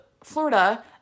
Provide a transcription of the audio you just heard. Florida